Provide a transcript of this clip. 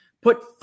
Put